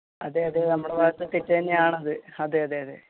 അതെ അതെ നമ്മുടെ ഭാഗത്തെ തെറ്റു തന്നെയാണത് അതെ അതെ അതെ